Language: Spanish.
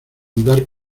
andar